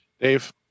Dave